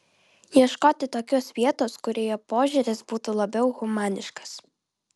ieškoti tokios vietos kurioje požiūris būtų labiau humaniškas